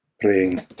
praying